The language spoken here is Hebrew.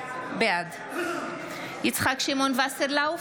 בעד יצחק שמעון וסרלאוף,